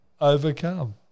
overcome